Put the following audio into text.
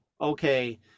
okay